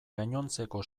gainontzeko